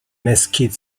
mesquite